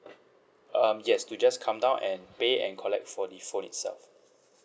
um yes you just come down and pay and collect for the phone itself